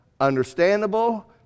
understandable